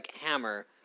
hammer